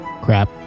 Crap